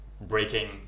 breaking